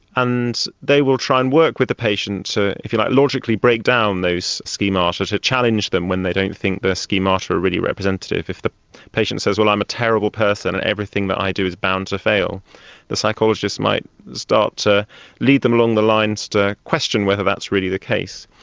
and they will try and work with the patient to, if you like, logically break down those schemata, to challenge them when they don't think their schemata is really representative. if the patient says, well, i'm a terrible person and everything that i do is bound to fail the psychologist might start to lead them along the lines to question whether that's really the case.